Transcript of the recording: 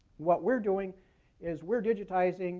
what we're doing is we're digitizing